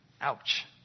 Ouch